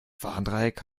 warndreieck